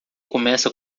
começa